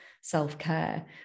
self-care